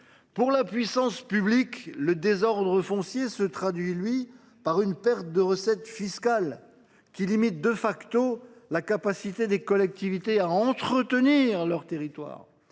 Pour la puissance publique, le désordre foncier se traduit par une perte de recettes fiscales, qui limite la capacité des collectivités à entretenir leur territoire.